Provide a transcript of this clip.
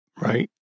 Right